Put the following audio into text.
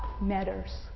matters